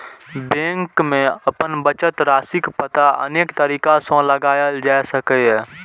bank मे अपन बचत राशिक पता अनेक तरीका सं लगाएल जा सकैए